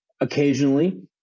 occasionally